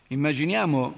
Immaginiamo